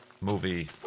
movie